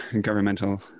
governmental